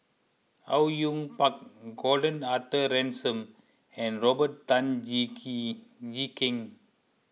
Au Yue Pak Gordon Arthur Ransome and Robert Tan Jee Keng